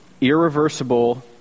irreversible